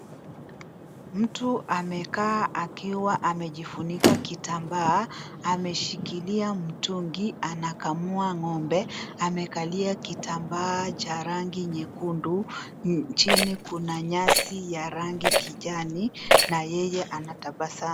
Mtu amekaa akiwa amejifunika kitambaa , ameshikilia mtungi , anakamua ng'ombe, amekalia kitambaa cha rangi nyekundu, chini kuna rangi kijani na yeye anatabasamu.